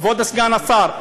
כבוד סגן השר,